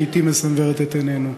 שלעתים מסנוורת את עינינו.